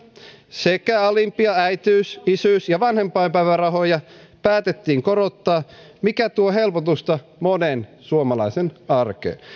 sekä alimpia äitiys isyys ja vanhempainpäivärahoja päätettiin korottaa mikä tuo helpotusta monen suomalaisen arkeen